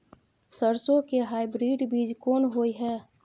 सरसो के हाइब्रिड बीज कोन होय है?